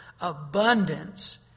Abundance